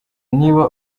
niba